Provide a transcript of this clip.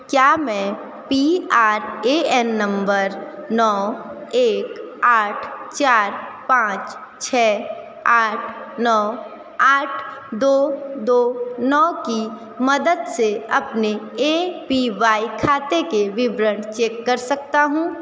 क्या मैं P R A N number नौ एक आठ चार पाँच छः आठ नौ आठ दो दो नौ की मदद से अपने ए पी वाई खाते के विवरण चेक कर सकता हूँ